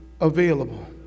available